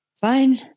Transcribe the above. Fine